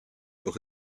doch